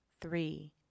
three